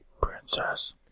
Princess